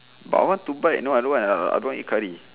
but I want to buy no I don't want I don't want to eat curry